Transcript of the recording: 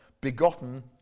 begotten